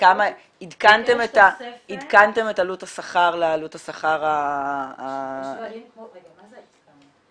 עדכנתם את עלות השכר לעלות השכר --- מה זה עדכנו?